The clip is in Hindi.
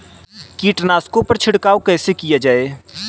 कीटनाशकों पर छिड़काव कैसे किया जाए?